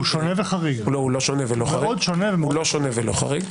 הוא מאוד שונה ומאוד חריג.